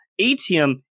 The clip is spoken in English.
ATM